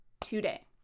today